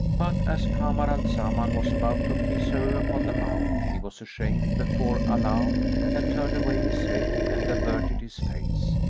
but, as kamar al zaman was about to kiss her upon the mouth, he was ashamed before allah and turned away his head and averted his face,